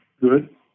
good